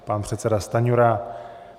Pan předseda Stanjura.